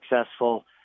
successful